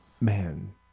Man